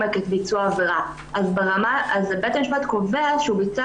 ביצוע העבירה אז בית המשפט קובע שהוא ביצע